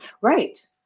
Right